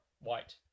White